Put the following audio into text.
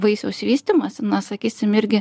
vaisiaus vystymąsi na sakysim irgi